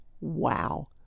Wow